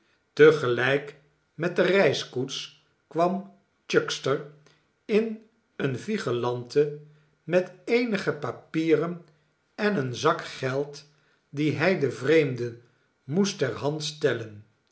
te gelijk met de reiskoets kwam chuckster in eene vigelante met eenige papieren en een zak geld die hij den vreemden moest ter hand stellen